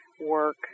work